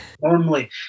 Normally